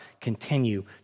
continue